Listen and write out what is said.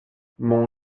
mon